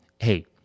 hey